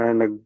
na